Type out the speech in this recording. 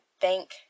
thank